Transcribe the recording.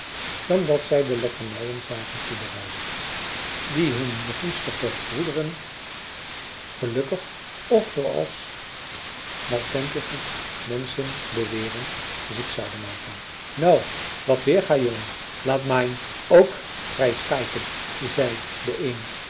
dan dat zij de lekkernijen zagen toebereiden die hun begunstigder broederen gelukkig of zooals maltentige menschen beweren ziek zouden maken nou wat weerga jongen laat main ook reis kaiken zei de een